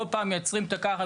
כל פעם מייצרים ככה,